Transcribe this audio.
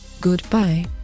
Goodbye